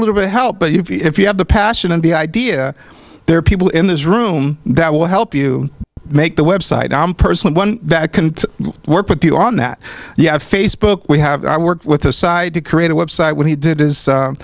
little bit of help but if you have the passion and the idea there are people in this room that will help you make the website i'm personally one that can work with you on that you have facebook we have i worked with a side to create a website what he did is